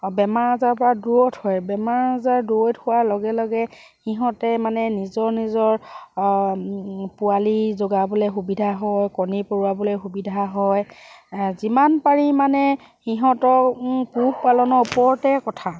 বেমাৰ আজাৰৰ পৰা দূৰৈত হয় বেমাৰ আজাৰ দূৰৈত হোৱাৰ লগে লগে সিহঁতে মানে নিজৰ নিজৰ পোৱালি জগাবলে সুবিধা হয় কণী পৰুৱাবলে সুবিধা হয় যিমান পাৰি মানে সিহঁতক পোহ পালনৰ ওপৰতে কথা